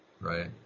right